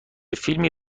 فیلمی